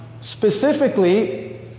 Specifically